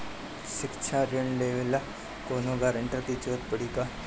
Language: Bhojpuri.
शिक्षा ऋण लेवेला कौनों गारंटर के जरुरत पड़ी का?